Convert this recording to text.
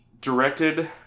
directed